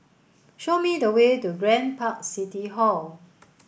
show me the way to Grand Park City Hall